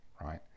right